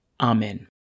Amen